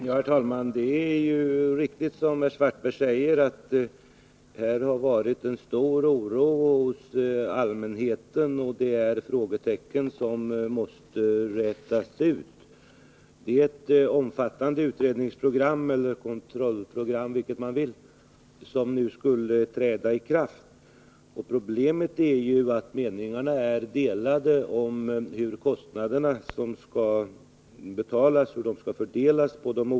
Herr talman! Det är riktigt, som herr Svartberg säger, att oron har varit stor hos allmänheten och att det finns frågetecken som måste rätas ut. Det är ett omfattande utredningsprogram eller kontrollprogram — man kan kalla det vilket man vill — som nu skulle träda i kraft. Problemet är ju att det råder olika meningar om hur kostnaderna skall fördelas.